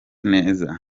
neza